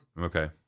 Okay